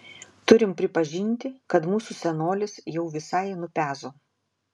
turim pripažinti kad mūsų senolis jau visai nupezo